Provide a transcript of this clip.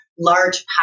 large